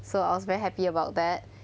so I was very happy about that